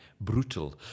brutal